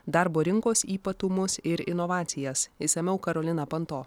darbo rinkos ypatumus ir inovacijas išsamiau karolina panto